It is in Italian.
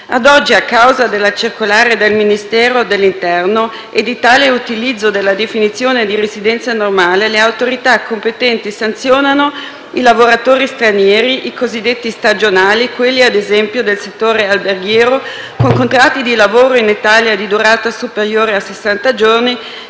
Ad oggi, a causa della circolare del Ministero dell'interno e di tale utilizzo della definizione di residenza normale, le autorità competenti sanzionano i lavoratori stranieri, i cosiddetti stagionali - quelli, ad esempio, del settore alberghiero con contratti di lavoro in Italia di durata superiore a sessanta